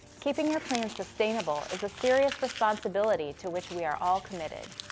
keeping your plan sustainable is a serious responsibility to which we are all committed.